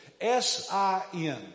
S-I-N